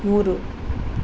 ಮೂರು